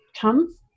come